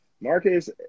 Marcus